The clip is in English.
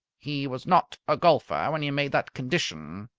he was not a golfer when you made that condition,